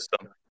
system